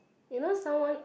you know someone